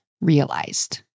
realized